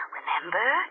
Remember